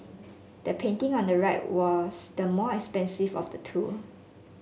the painting on the right was the more expensive of the two